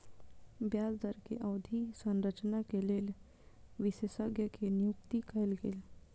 ब्याज दर के अवधि संरचना के लेल विशेषज्ञ के नियुक्ति कयल गेल